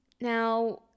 Now